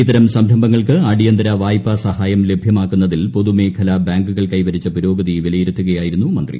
ഇത്തരം സംരംഭങ്ങൾക്ക് അടിയന്തിര വായ്പാസഹായം ലഭ്യമാക്കുന്നതിൽ പൊതുമേഖലാ ബാങ്കുകൾ കൈവരിച്ച പുരോഗതി വിലയിരുത്തുകയായിരുന്നു മന്ത്രി